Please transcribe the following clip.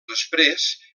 després